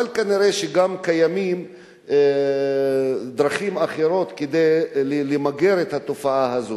אבל כנראה קיימות גם דרכים אחרות למגר את התופעה הזאת,